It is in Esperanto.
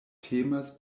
temas